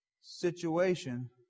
situation